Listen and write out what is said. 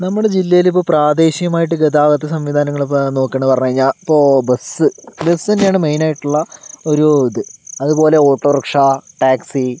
നമ്മുടെ ജില്ലയിൽ ഇപ്പോൾ പ്രാദേശികമായിട്ട് ഗതാഗത സംവിധാനങ്ങളിപ്പോൾ നോക്കുകയാണെന്ന് പറഞ്ഞ് കഴിഞ്ഞാൽ ഇപ്പോൽ ബസ്സ് ബസ്സ് തന്നെയാണ് മെയിനായിട്ടുള്ള ഒരു ഇത് അതുപോലെ ഓട്ടോറിക്ഷ ടാക്സി